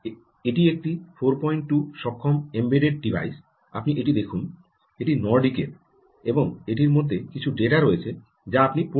এটি একটি 42 সক্ষম এম্বেডড ডিভাইস আপনি এটি দেখুন এটি নরডিকের এবং এটির মধ্যে কিছু ডেটা রয়েছে যা আপনি পড়তে চান